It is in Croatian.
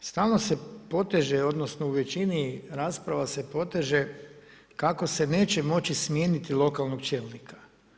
Da, stalno se poteže, odnosno u većini rasprava se poteže kako se neće moći smijeniti lokalnog čelnika.